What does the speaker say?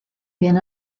been